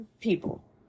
people